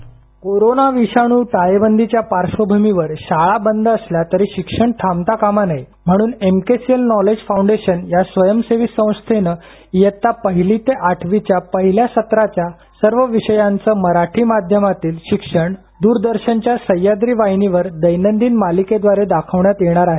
script corona विषाण् टाळेबंदीच्या पार्श्वभूमीवर शाळा बंद असल्या तरी शिक्षण थांबता कामा नये म्हणून एमकेसीएल नॉलेज फाऊंडेशन या स्वयंसेवी संस्थेनं इयत्ता पहिली ते आठवीच्या पहिल्या सत्राच्या सर्व विषयांचे मराठी माध्यमातील शिक्षण द्रदर्शनच्या सह्याद्री वाहिनीवर दैनंदिन मालिकेद्वारे दाखवण्यात येणार आहे